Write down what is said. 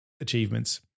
achievements